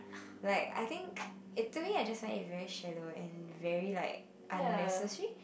like I think literally I just find it very shallow and very like unnecessary